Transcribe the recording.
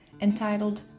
entitled